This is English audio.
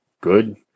good